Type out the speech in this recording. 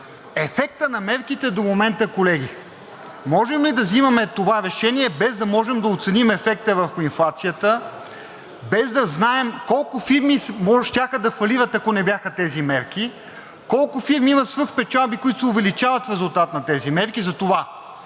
ефектът на мерките до момента, колеги. Можем ли да вземаме това решение, без да можем да оценим ефекта върху инфлацията, без да знаем колко фирми щяха да фалират, ако не бяха тези мерки, колко фирми имат свръхпечалби, които се увеличават в резултат на тези мерки? Затова